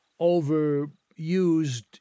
overused